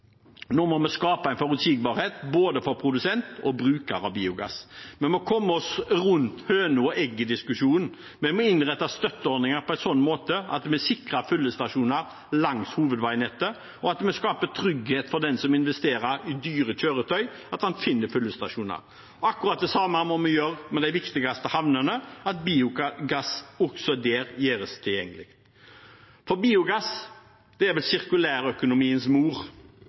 Nå må vi skape en forutsigbarhet både for produsent og bruker av biogass. Vi må komme oss rundt høna-og-egget-diskusjonen. Vi må innrette støtteordninger på en sånn måte at vi sikrer fyllestasjoner langs hovedveinettet, og at vi skaper trygghet for den som investerer i dyre kjøretøy, for at han finner fyllestasjoner. Akkurat det samme må vi gjøre med de viktigste havnene, at biogass også der gjøres tilgjengelig. Biogass er sirkulærøkonomiens mor. Er det noe vi har nok av, er